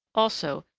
also,